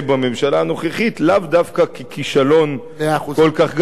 בממשלה הנוכחית לאו דווקא כישלון כל כך גדול,